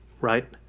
right